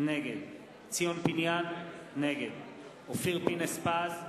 נגד ציון פיניאן, נגד אופיר פינס-פז,